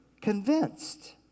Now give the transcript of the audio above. convinced